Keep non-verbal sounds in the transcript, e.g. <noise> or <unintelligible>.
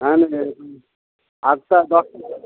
<unintelligible> ଆଠଟା